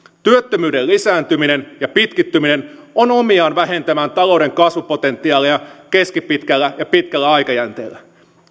työttömyyden lisääntyminen ja pitkittyminen on omiaan vähentämään talouden kasvupotentiaalia keskipitkällä ja pitkällä aikajänteellä